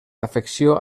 afecció